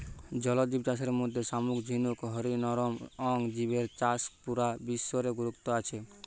জল জিব চাষের মধ্যে শামুক ঝিনুক হারি নরম অং জিবের চাষ পুরা বিশ্ব রে গুরুত্ব আছে